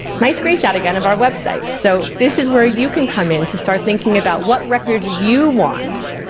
nice screenshot again of our website. so this is where you can come in to start thinking about what records you want.